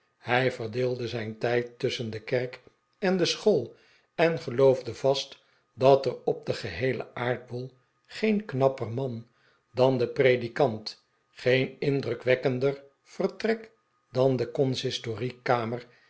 hij verdeelde zijn tijd tusschen de kerk en de school en geloof de vast dat er op den geheelen aardbol geen knapper man dan de predikant geen indrukwekkender vertrek dan de consistoriekamer